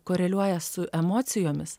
koreliuoja su emocijomis